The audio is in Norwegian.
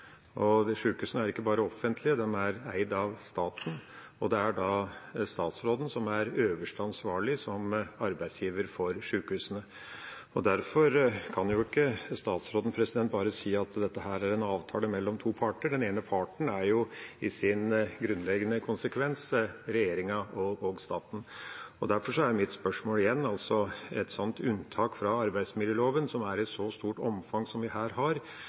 Sjukehusene er ikke bare offentlige, de er eid av staten, og det er statsråden som er øverste ansvarlig som arbeidsgiver for sjukehusene. Derfor kan ikke statsråden bare si at dette er en avtale mellom to parter. Den ene parten er i sin grunnleggende konsekvens regjeringa og staten. Derfor er mitt spørsmål igjen: Et sånt unntak fra arbeidsmiljøloven, som er så omfattende som vi her har,